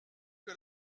que